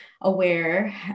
aware